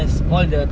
mm